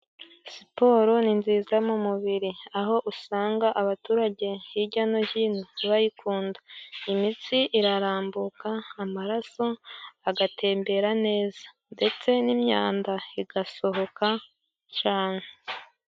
Siporo ni nziza mu mubiri, aho usanga abaturage hijya no hino bayikunda, imitsi irarambuka, amaraso agatembera neza, ndetse n'imyanda igasohoka cyane.